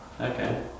Okay